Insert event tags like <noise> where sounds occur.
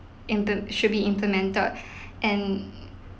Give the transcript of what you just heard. implem~ should be implemented <breath> and